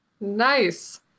Nice